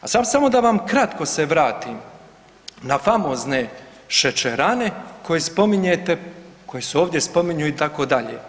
A sad samo da vam kratko se vratim na famozne šećerane koje spominjete, koje se ovdje spominju itd.